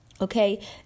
Okay